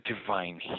divine